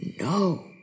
No